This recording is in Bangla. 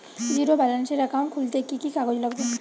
জীরো ব্যালেন্সের একাউন্ট খুলতে কি কি কাগজ লাগবে?